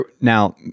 now